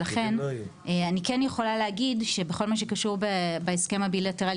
ולכן אני כן יכולה להגיד שבכל מה שקשור בהסכם הבילטרלי